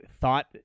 thought